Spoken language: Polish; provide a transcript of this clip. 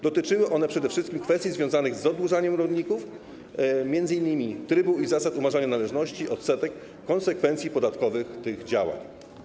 Dotyczyły one przede wszystkim kwestii związanych z oddłużaniem rolników, m.in. trybu i zasad umarzania należności, odsetek, konsekwencji podatkowych tych działań.